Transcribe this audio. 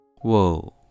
Whoa